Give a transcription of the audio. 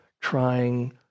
trying